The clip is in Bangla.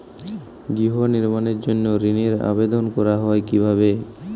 গৃহ নির্মাণের জন্য ঋণের আবেদন করা হয় কিভাবে?